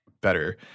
better